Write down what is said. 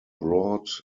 brought